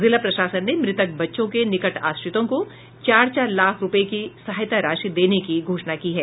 जिला प्रशासन ने मृतक बच्चों के निकट आश्रितों को चार चार लाख रूपये की सहायता राशि देने की घोषणा की है